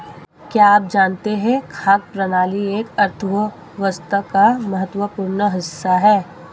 क्या आप जानते है खाद्य प्रणाली एक अर्थव्यवस्था का महत्वपूर्ण हिस्सा है?